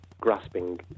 grasping